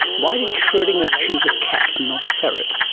why did schrodinger choose a cat and not a ferret?